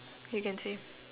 you can say